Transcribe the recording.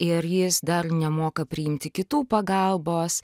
ir jis dar nemoka priimti kitų pagalbos